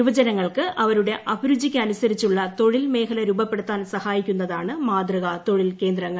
യുവജനങ്ങൾക്ക് അവരുടെ അഭിരുചിയ്ക്ക് അനുസരിച്ചുള്ള തൊഴിൽ മേഖല രൂപപ്പെടുത്താൻ സഹായിക്കുന്നതാണ് മാതൃകാ തൊഴിൽ കേന്ദ്രങ്ങൾ